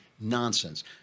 nonsense